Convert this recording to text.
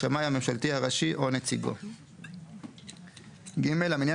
השמעי הממשלתי הראשי או נציגו; (ג) המניין